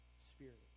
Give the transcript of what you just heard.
Spirit